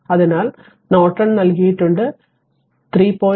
അതിനാൽ നോർട്ടൺ നൽകിയിട്ടുണ്ട് 3